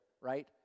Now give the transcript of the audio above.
right